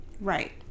Right